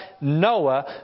Noah